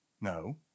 no